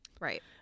Right